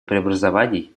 преобразований